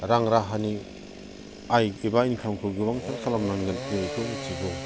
रां राहानि आय एबा इनकामखौ गोबांथार खालामनांगोन जों बेखौ मिथिगौ